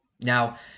Now